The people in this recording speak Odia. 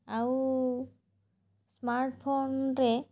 ଆଉ ସ୍ମାର୍ଟଫୋନରେ